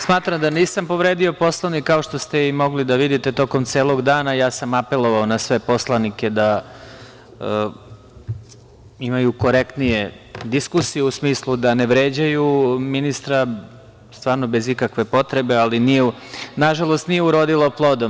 Smatram da nisam povredio Poslovnik, ali kao što ste mogli da vidite tokom celog dana apelovao sam na sve poslanike da imaju korektnije diskusije, u smislu da ne vređaju ministra, stvarno, bez ikakve potrebe, ali nažalost nije urodilo plodom.